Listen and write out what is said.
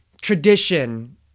tradition